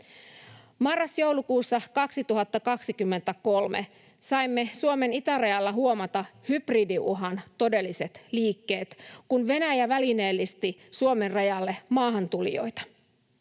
Marras—joulukuussa 2023 saimme Suomen itärajalla huomata hybridiuhan todelliset liikkeet, kun Venäjä välineellisti Suomen rajalle maahantulijoita.